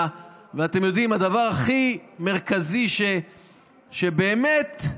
ואתם יודעים, הדבר הכי מרכזי, שבאמת,